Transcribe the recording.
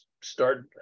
start